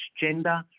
gender